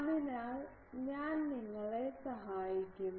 അതിനാൽ ഞാൻ നിങ്ങളെ സഹായിക്കും